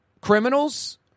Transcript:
criminals